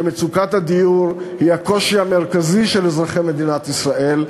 כשמצוקת הדיור היא הקושי המרכזי של אזרחי מדינת ישראל,